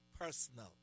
personal